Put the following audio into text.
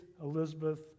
Elizabeth